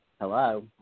Hello